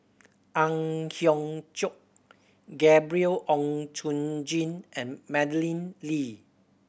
Ang Hiong Chiok Gabriel Oon Chong Jin and Madeleine Lee